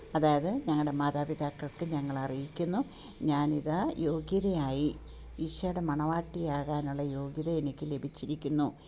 അതായത് ഞങ്ങളുടെ മാതാപിതാക്കൾക്ക് ഞങ്ങൾ അറിയിക്കുന്നു ഞാൻ ഇതാ യോഗ്യതയായി ഈശോയുടെ മണവാട്ടിയാകാനുള്ള യോഗ്യത എനിക്ക് ലഭിച്ചിരിക്കുന്നു